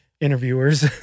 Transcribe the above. interviewers